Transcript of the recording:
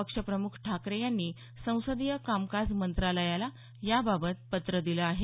पक्षप्रमुख ठाकरे यांनी संसदीय कामकाज मंत्रालयाला याबाबत पत्र दिलं आहे